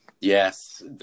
Yes